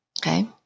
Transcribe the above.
okay